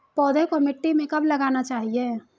पौधे को मिट्टी में कब लगाना चाहिए?